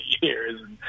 years